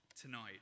tonight